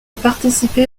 participé